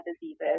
diseases